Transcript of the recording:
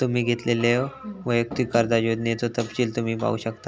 तुम्ही घेतलेल्यो वैयक्तिक कर्जा योजनेचो तपशील तुम्ही पाहू शकता